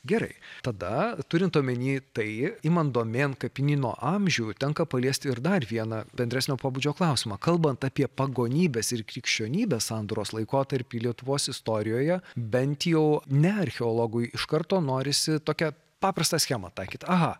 gerai tada turint omeny tai imant domėn kapinyno amžių tenka paliesti ir dar vieną bendresnio pobūdžio klausimą kalbant apie pagonybės ir krikščionybės sandūros laikotarpį lietuvos istorijoje bent jau ne archeologui iš karto norisi tokią paprastą schemą taikyt aha